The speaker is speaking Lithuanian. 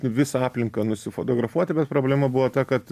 visą aplinką nusifotografuoti bet problema buvo ta kad